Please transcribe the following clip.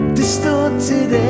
distorted